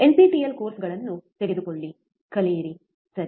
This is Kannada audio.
ಎನ್ಪಿಟಿಇಎಲ್ ಕೋರ್ಸ್ಗಳನ್ನು ತೆಗೆದುಕೊಳ್ಳಿ ಕಲಿಯಿರಿ ಸರಿ